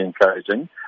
encouraging